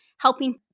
Helping